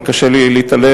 אבל קשה לי להתעלם,